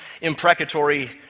imprecatory